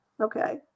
okay